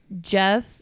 Jeff